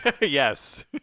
Yes